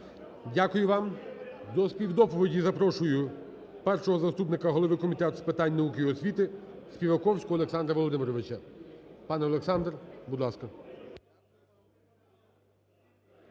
Дякую вам. До співдоповіді запрошую першого заступника голови Комітету з питань науки і освіти Співаковського Олександра Володимировича. Пане Олександре, будь ласка.